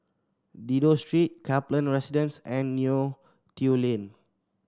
Dido Street Kaplan Residence and Neo Tiew Lane